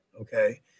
Okay